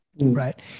right